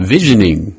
Visioning